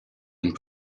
and